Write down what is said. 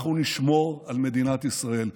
אנחנו נשמור על מדינת ישראל.